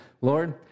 Lord